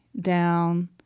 down